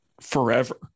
forever